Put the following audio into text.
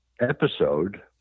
episode